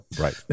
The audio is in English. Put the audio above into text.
Right